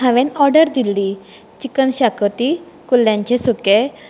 हांवें order Delhi chicken शाकोती कुल्ल्यांचें सुकें